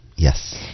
Yes